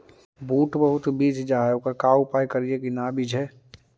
बुट बहुत बिजझ जा हे ओकर का उपाय करियै कि न बिजझे?